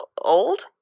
old